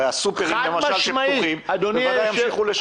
הרי הסופרים, למשל, שפתוחים בוודאי ימשיכו לשלם.